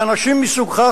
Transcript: שאנשים מסוגך,